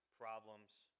problems